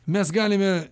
mes galime